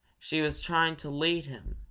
she was trying to lead him,